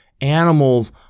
animals